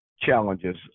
challenges